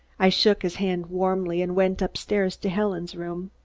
i shook his hand warmly and went upstairs to helen's room.